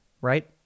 right